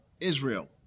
Israel